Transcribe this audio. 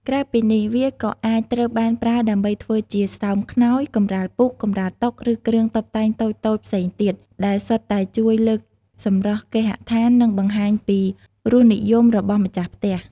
ក្រៅពីនេះ វាក៏អាចត្រូវបានប្រើដើម្បីធ្វើជាស្រោមខ្នើយ កម្រាលពូក កម្រាលតុ ឬគ្រឿងតុបតែងតូចៗផ្សេងទៀត ដែលសុទ្ធតែជួយលើកសម្រស់គេហដ្ឋាន និងបង្ហាញពីរសនិយមរបស់ម្ចាស់ផ្ទះ។